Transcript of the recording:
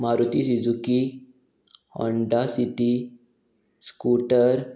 Maruti Suzuki Honda city scooter